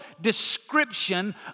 description